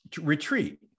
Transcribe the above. retreat